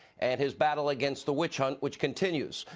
and his battle against the witch hunt, which continues.